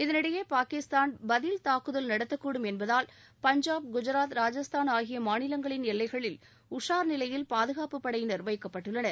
இதனிடையே பாகிஸ்தான் பதில் தாக்குதல் நடத்தக்கூடும் என்பதால் பஞ்சாப் குஜராத் ராஜஸ்தான் ஆகிய மாநிலங்களின் எல்லைகளில் உஷார் நிலையில் பாதுகாப்புப் படையினர் வைக்கப்பட்டுள்ளனர்